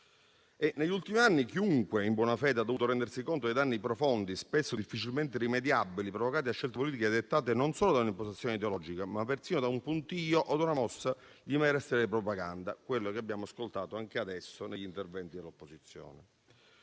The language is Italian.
Negli ultimi anni, chiunque sia in buona fede ha potuto rendersi conto dei danni profondi, spesso difficilmente rimediabili, provocati da scelte politiche dettate non solo da impostazioni ideologiche, ma persino da un puntiglio o da una mossa di mera e sterile propaganda: quella che abbiamo ascoltato anche adesso negli interventi dell'opposizione.